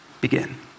begin